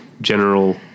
general